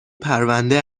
پرونده